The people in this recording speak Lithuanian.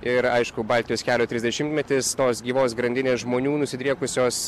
ir aišku baltijos kelio trisdešimtmetis tos gyvos grandinės žmonių nusidriekusios